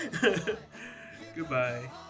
Goodbye